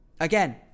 Again